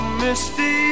misty